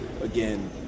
again